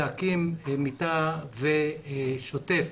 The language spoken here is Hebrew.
להקים מיטה ושוטף.